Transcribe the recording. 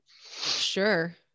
Sure